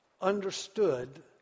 understood